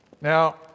Now